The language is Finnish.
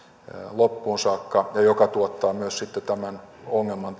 loppuun saakka mikä tuottaa sitten myös tämän ongelman